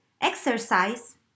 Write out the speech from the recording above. exercise